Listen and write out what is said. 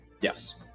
Yes